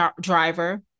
Driver